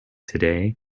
today